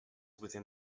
within